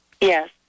Yes